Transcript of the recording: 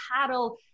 paddle